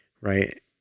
right